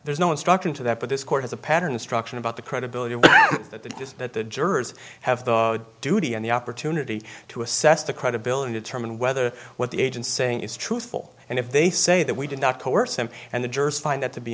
there's no instruction to that but this court has a pattern instruction about the credibility that the that the jurors have the duty and the opportunity to assess the credibility to determine whether what the agency is truthful and if they say that we did not coerce them and the jurors find that to be